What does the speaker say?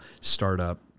startup